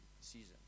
season